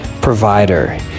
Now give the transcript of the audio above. provider